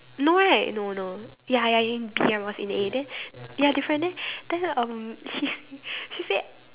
no right no no ya ya you in B I was in A then ya different then then um he say she said